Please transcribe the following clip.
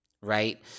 right